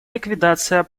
ликвидация